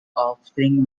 offspring